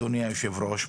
אדוני היושב-ראש,